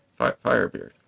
Firebeard